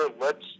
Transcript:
lets